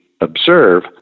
observe